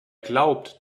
glaubt